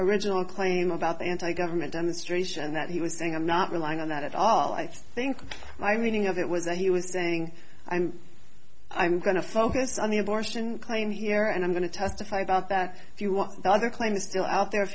original claim about the anti government demonstration that he was saying i'm not relying on that at all i think my meaning of it was he was saying and i'm going to focus on the abortion claim here and i'm going to testify about that if you want the other claims still out there if